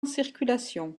circulation